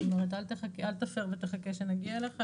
זאת אומרת: אל תפר ותחכה שנגיע אילך.